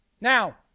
Now